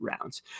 rounds